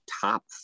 top